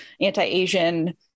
anti-Asian